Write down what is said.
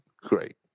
great